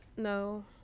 No